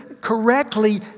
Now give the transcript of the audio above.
correctly